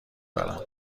دارم